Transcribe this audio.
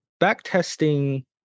backtesting